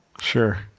sure